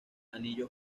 anillo